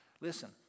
Listen